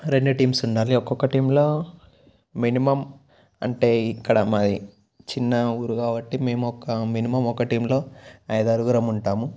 రెండు టీమ్స్ ఉండాలి ఒక్కక్క టీమ్లో మినిమం అంటే ఇక్కడ మాది చిన్న ఊరు కాబట్టి మేము ఒక మినిమం ఒక టీమ్లో అయిదారుగురం ఉంటాము